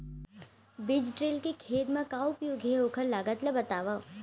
बीज ड्रिल के खेत मा का उपयोग हे, अऊ ओखर लागत ला बतावव?